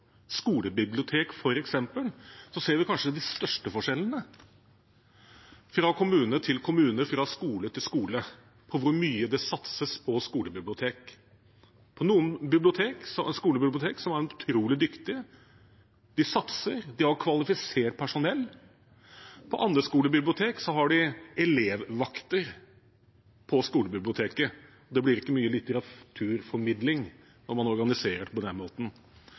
skolebibliotek, f.eks., ser vi kanskje de største forskjellene fra kommune til kommune og fra skole til skole, med tanke på hvor mye det satses på skolebibliotek. På noen skolebibliotek er man utrolig dyktige. De satser, de har kvalifisert personell. På andre skolebibliotek har man elevvakter. Det blir ikke mye litteraturformidling når man organiserer det på den måten.